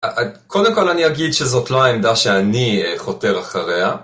קודם כל אני אגיד שזאת לא העמדה שאני חותר אחריה.